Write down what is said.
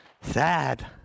sad